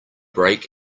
break